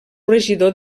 regidor